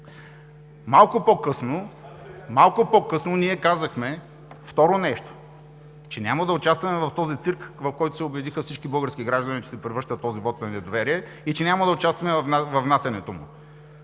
Малко по-късно ние казахме второ нещо, че няма да участваме в този цирк, в който се убедиха всички български граждани, че се превръща този вот на недоверие и че няма да участваме във внасянето му.